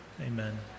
Amen